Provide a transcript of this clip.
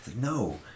no